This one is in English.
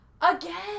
again